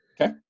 Okay